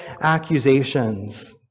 accusations